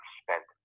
spent